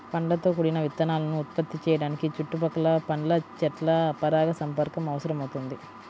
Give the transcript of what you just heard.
పండ్లతో కూడిన విత్తనాలను ఉత్పత్తి చేయడానికి చుట్టుపక్కల పండ్ల చెట్ల పరాగసంపర్కం అవసరమవుతుంది